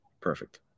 Perfect